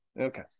Okay